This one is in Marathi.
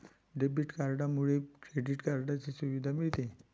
डेबिट कार्डमुळे क्रेडिट कार्डची सुविधा मिळते